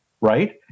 right